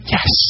Yes